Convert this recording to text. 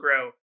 grow